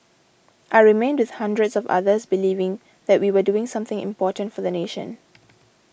I remained with hundreds of others believing that we were doing something important for the nation